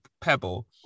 pebble